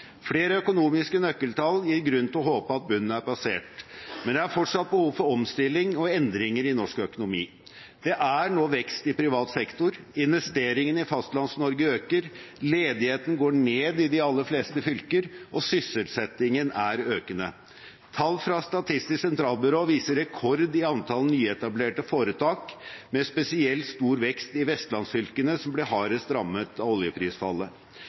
Flere økonomiske nøkkeltall gir grunn til å håpe at bunnen er passert, men det er fortsatt behov for omstilling og endringer i norsk økonomi. Det er nå vekst i privat sektor, investeringene i Fastlands-Norge øker, ledigheten går ned i de aller fleste fylker, og sysselsettingen er økende. Tall fra Statistisk sentralbyrå viser rekord i antall nyetablerte foretak, med spesielt stor vekst i vestlandsfylkene som ble hardest rammet av oljeprisfallet.